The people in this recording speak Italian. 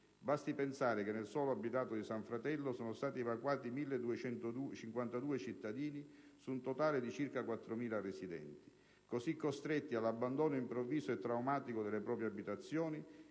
(basti pensare che nel solo abitato di San Fratello sono stati evacuati 1.252 cittadini, su un totale di circa 4.000 residenti) così costretti all'abbandono improvviso e traumatico delle proprie abitazioni